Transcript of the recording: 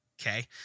Okay